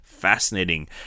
fascinating